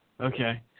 okay